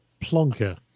plonker